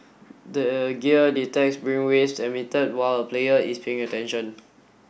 the gear detects brainwaves emitted while a player is paying attention